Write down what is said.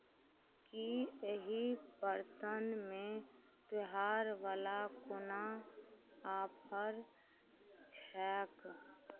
कि एहि बरतनमे त्योहारवला कोनो आफर छै